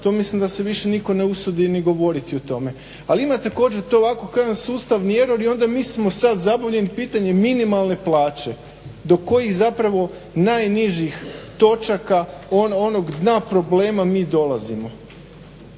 To mislim da se više nitko ne usudi govoriti o tome. Ali ima to također to ovako. Kaže sustav mjera i onda mi smo sad zabavljeni pitanjem minimalne plaće do kojih zapravo najnižih točaka onog dna problema mi dolazimo.